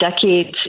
decades